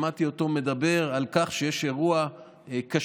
שמעתי אותו מדבר על כך שיש אירוע קשה,